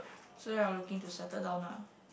so you're looking to settle down lah